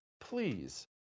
Please